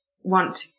want